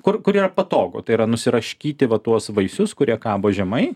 kur kurie patogu tai yra nusiraškyti va tuos vaisius kurie kabo žemai